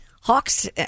Hawks